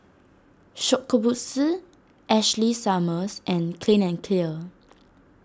Shokubutsu Ashley Summers and Clean and Clear